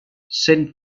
sent